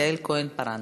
יעל כהן-פארן.